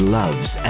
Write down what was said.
loves